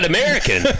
American